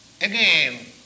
Again